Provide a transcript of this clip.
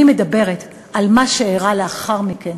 אני מדברת על מה שאירע לאחר מכן,